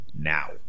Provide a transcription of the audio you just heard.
now